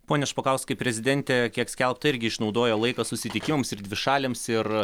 pone špokauskai prezidentė kiek skelbta irgi išnaudojo laiką susitikimams ir dvišaliams ir